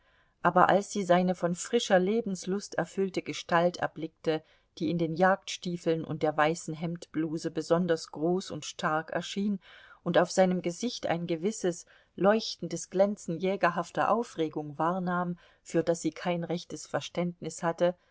aber als sie seine von frischer lebenslust erfüllte gestalt erblickte die in den jagdstiefeln und der weißen hemdbluse besonders groß und stark erschien und auf seinem gesicht ein gewisses leuchtendes glänzen jägerhafter aufregung wahrnahm für das sie kein rechtes verständnis hatte